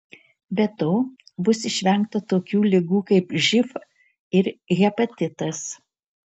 be to bus išvengta tokių ligų kaip živ ir hepatitas